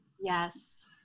Yes